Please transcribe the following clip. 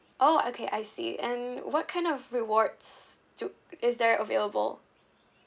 oh okay I see and what kind of rewards do is there available